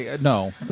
No